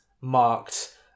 marked